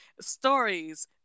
stories